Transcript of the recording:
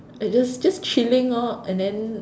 like just just chilling loh and then